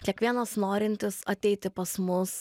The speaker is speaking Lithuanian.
kiekvienas norintis ateiti pas mus